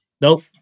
Nope